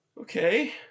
Okay